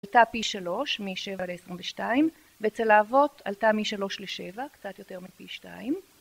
עלתה פי שלוש, משבע לעשרים ושתיים, ואצל האבות עלתה משלוש לשבע, קצת יותר מפי שתיים.